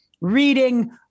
reading